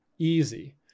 Easy